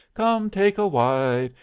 come, take a wife,